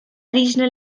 regional